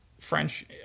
French